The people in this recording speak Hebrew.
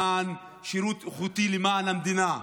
שירות איכותי למען המדינה,